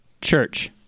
Church